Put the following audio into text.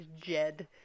Jed